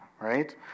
right